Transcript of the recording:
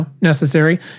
necessary